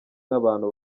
n’abantu